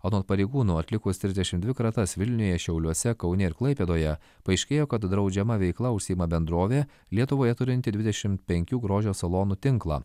anot pareigūnų atlikus trisdešim dvi kratas vilniuje šiauliuose kaune ir klaipėdoje paaiškėjo kad draudžiama veikla užsiima bendrovė lietuvoje turinti dvidešimt penkių grožio salonų tinklą